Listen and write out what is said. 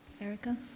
Erica